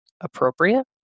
appropriate